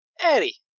Eddie